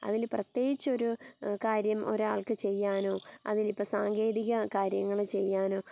അതിൽ പ്രത്യേകിച്ചൊരു കാര്യം ഒരാൾക്ക് ചെയ്യാനോ അതിനിപ്പം സാങ്കേതിക കാര്യങ്ങൾ ചെയ്യാനോ